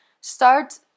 start